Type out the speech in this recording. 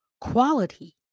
quality